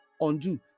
undo